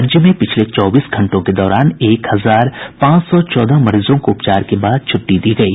राज्य में पिछले चौबीस घंटों के दौरान एक हजार पांच सौ चौदह मरीजों को उपचार के बाद छुट्टी दी गयी